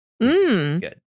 Good